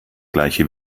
gleiche